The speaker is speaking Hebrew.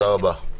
תודה.